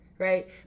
Right